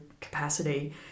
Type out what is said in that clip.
capacity